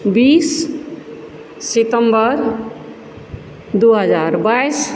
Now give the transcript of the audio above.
बीस सितम्बर दू हजार बाइस